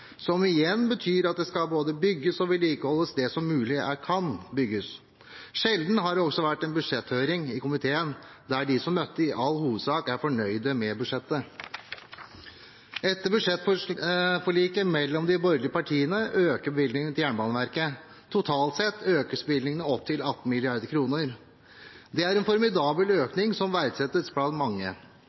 som igjen betyr at det skal både bygges og vedlikeholdes det som kan bygges. Og sjelden har det vært en budsjetthøring i komiteen der de som møtte, i all hovedsak var fornøyd med budsjettet. Etter budsjettforliket mellom de borgerlige partiene øker bevilgningene til Jernbaneverket. Totalt sett økes bevilgningene opp til 18 mrd. kr. Det er en formidabel økning, som verdsettes blant mange.